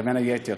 בין היתר.